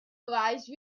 rise